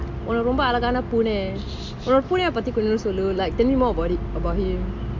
உன்னோட ரொம்ப அழகான பூனா உன்னோட பூனா பத்தி கொஞ்சம் சொல்லு:unoda romba azhagana poona unoda poona pathi konjam sollu like tell me more about it about him